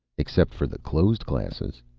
except for the closed classes.